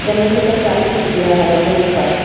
चमेली का चालीस रुपये है दो का